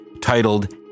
titled